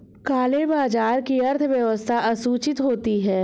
काले बाजार की अर्थव्यवस्था असूचित होती है